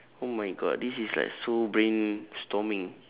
oh my god this is like so brainstorming